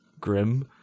grim